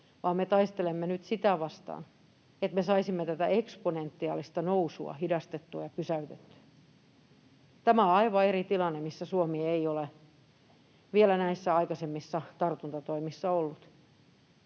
vaan me taistelemme nyt sitä vastaan, että me saisimme tätä eksponentiaalista nousua hidastettua ja pysäytettyä. Tämä on aivan eri tilanne, missä Suomi ei ole vielä näissä aikaisemmissa tartuntatoimissa ollut.